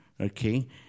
okay